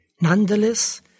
Nonetheless